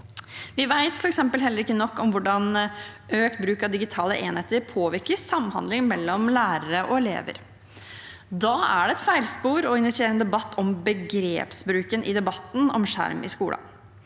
Vi vet f.eks. heller ikke nok om hvordan økt bruk av digitale enheter påvirker samhandlingen mellom lærere og elever. Da er det et feilspor å initiere en debatt om begrepsbruken i debatten om skjerm i skolen.